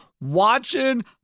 watching